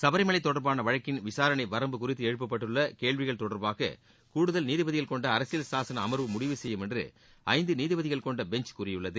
சபரிமலை தொடர்பான வழக்கின் விசாரணை வரம்பு குறித்து எழுப்பப்பட்டுள்ள கேள்விகள் குறித்து கூடுதல் நீதிபதிகள் கொண்ட அரசியல் சாசன அமர்வு முடிவு செய்யும் என்று ஐந்து நீதிபதிகள் கொண்ட பெஞ்ச் கூறியுள்ளது